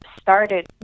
started